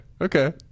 Okay